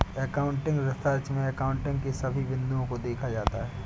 accounting research में accounting के सभी बिंदुओं को देखा जाता है